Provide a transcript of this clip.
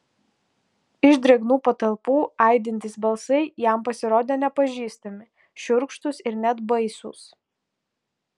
iš drėgnų patalpų aidintys balsai jam pasirodė nepažįstami šiurkštūs ir net baisūs